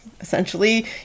essentially